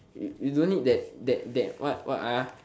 you don't need that that that what ah